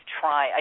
try